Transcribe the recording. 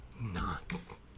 Knox